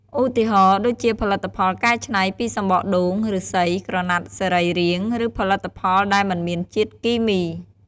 ឧទាហរណ៍ ដូចជាផលិតផលកែច្នៃពីសំបកដូង ឫស្សី ក្រណាត់សរីរាង្គ ឬផលិតផលដែលមិនមានជាតិគីមី។